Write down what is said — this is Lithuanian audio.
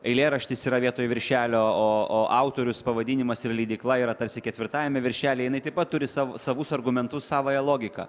eilėraštis yra vietoj viršelio o o autorius pavadinimas ir leidykla yra tarsi ketvirtajame viršelyje jinai taip pat turi sav savus argumentus savąją logiką